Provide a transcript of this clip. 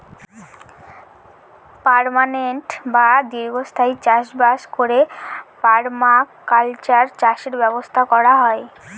permanent বা দীর্ঘস্থায়ী চাষ বাস করে পারমাকালচার চাষের ব্যবস্থা করা হয়